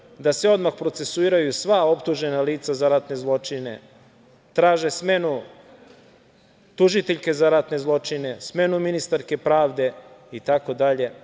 Uz sve to, traže da se odmah procesuiraju sva optužena lica za ratne zločine, traže smenu tužiteljke za ratne zločine, smenu ministarke pravde itd.